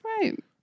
right